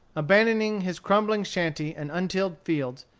abandoning his crumbling shanty and untilled fields,